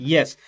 Yes